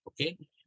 okay